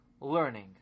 learning